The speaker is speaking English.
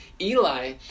Eli